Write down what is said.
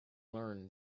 learn